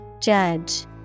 Judge